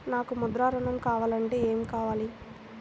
నాకు ముద్ర ఋణం కావాలంటే ఏమి కావాలి?